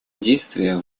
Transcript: действия